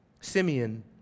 Simeon